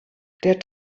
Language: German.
der